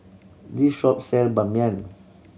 this shop sell Ban Mian